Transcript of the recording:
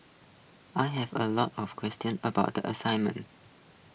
I have A lot of questions about the assignment